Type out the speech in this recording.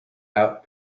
out